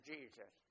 Jesus